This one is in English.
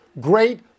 great